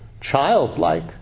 childlike